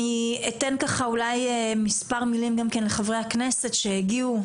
אני אתן מספר מלים לחברי הכנסת שהגיעו.